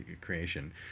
creation